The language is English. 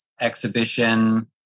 exhibition